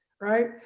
right